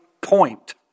point